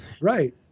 Right